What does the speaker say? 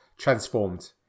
transformed